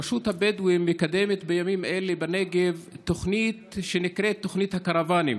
רשות הבדואים מקדמת בימים אלה בנגב תוכנית שנקראת "תוכנית הקרוונים".